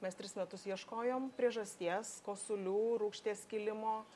mes tris metus ieškojom priežasties kosulių rūgšties kilimo